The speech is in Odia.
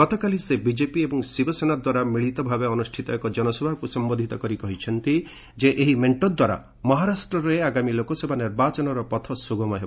ଗତକାଲି ସେ ବିଜେପି ଏବଂ ଶିବସେନା ଦ୍ୱାରା ମିଳିତ ଭାବେ ଅନୁଷ୍ଠିତ ଏକ ଜନସଭାକୁ ସମ୍ଘୋଧିତ କରି କହିଛନ୍ତି ଯେ ଏହି ମେଷ୍ଟ ଦ୍ୱାରା ମହାରାଷ୍ଟ୍ରରେ ଆଗାମୀ ଲୋକସଭା ନିର୍ବାଚନର ପଥ ସୁଗମ ହେବ